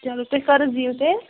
چَلو تُہۍ کَر حظ یِِیُِو تیٚلہِ